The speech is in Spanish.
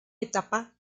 etapa